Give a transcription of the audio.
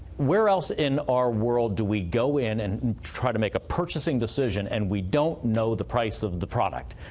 where else in our world to be go in and try to make a purchasing decision and we don't know the price of the product?